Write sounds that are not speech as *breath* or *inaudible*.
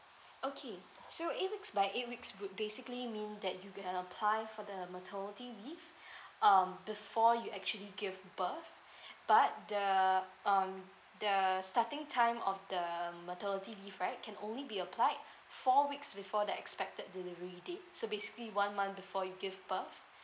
okay so eight weeks by eight weeks will basically mean that you can apply for the maternity leave *breath* um before you actually give birth *breath* but the um the starting time of the maternity leave right can only be applied *breath* four weeks before the expected delivery date so basically one month before you give birth *breath*